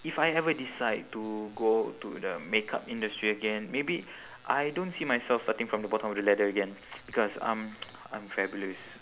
if I ever decide to go to the makeup industry again maybe I don't see myself starting from the bottom of the ladder again because um I'm fabulous